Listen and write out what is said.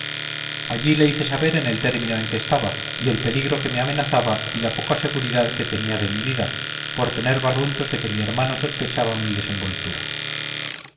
allí le hice saber en el término en que estaba y el peligro que me amenazaba y la poca seguridad que tenía de mi vida por tener barruntos de que mi hermano sospechaba mi